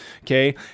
okay